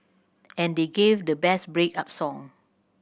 and they gave the best break up song